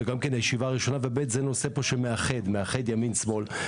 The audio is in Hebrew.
ישיבה ראשונה וגם זה נושא שמאחד ימין ושמאל,